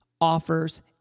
offers